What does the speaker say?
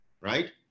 right